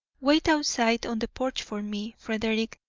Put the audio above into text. wait outside on the porch for me, frederick,